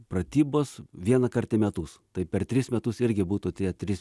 pratybos vienąkart į metus tai per tris metus irgi būtų tie trys